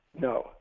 No